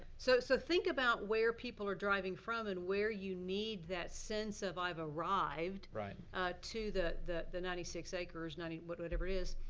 so so think about where people are driving from, and where you need that sense of i've arrived, to the the ninety six acres, ninety whatever is.